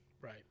Right